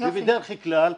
בדרך כלל,